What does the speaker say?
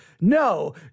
No